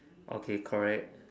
okay correct